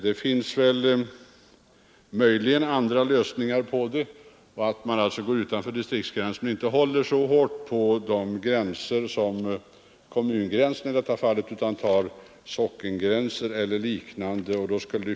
Det finns möjligen andra lösningar, t.ex. att man går utanför distriktsgränsen och inte håller så hårt på kommungränserna utan tar sockengränserna eller liknande.